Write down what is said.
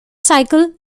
cycle